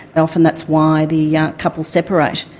often that's why the yeah couples separate.